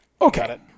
Okay